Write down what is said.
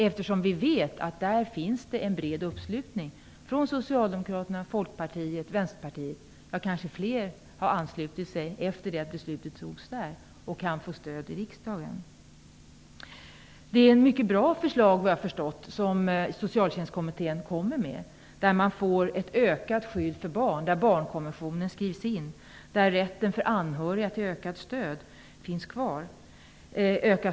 Vi vet ju att det där finns en bred uppslutning från Fler har kanske anslutit sig efter det att beslut fattats när det gäller att kunna få stöd i riksdagen. Såvitt jag förstår är det mycket bra förslag som Socialtjänstkommittén kommer med. Där blir det ett ökat skydd för barn. Där skrivs barnkonventionen in, och där handlar det om rätten till ökat stöd för anhöriga.